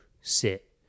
sit